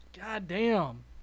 Goddamn